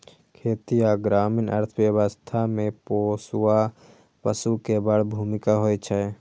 खेती आ ग्रामीण अर्थव्यवस्था मे पोसुआ पशु के बड़ भूमिका होइ छै